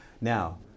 Now